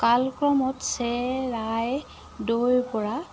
কালক্ৰমত চে ৰাই দৈৰপৰা